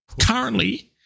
Currently